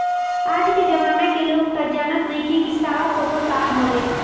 आज के जमाना के लोग तअ जानते नइखे की सावा कोदो का हवे